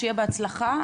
שיהיה בהצלחה.